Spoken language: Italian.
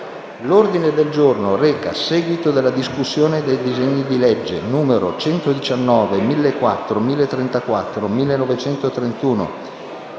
L’ordine del giorno reca il seguito della discussione dei disegni di legge nn. 119, 1004, 1034, 1931